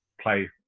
play